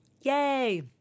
Yay